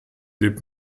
lebt